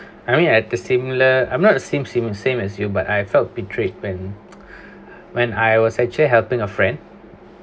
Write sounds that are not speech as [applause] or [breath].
I mean at the similar I'm not the same simi~ same as you but I felt betrayed when [breath] when I was actually helping a friend